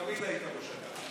תמיד היית ראש אגף.